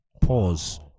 pause